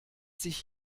sich